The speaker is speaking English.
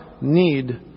need